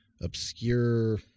obscure